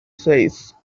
says